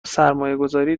سرمایهگذاری